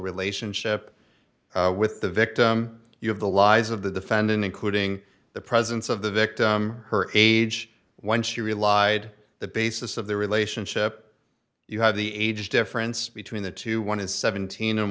relationship with the victim you have the lies of the defendant including the presence of the victim her age when she relied the basis of the relationship you have the age difference between the two one is seventeen and